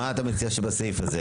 מה אתה מציע שבסעיף הזה?